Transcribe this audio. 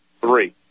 three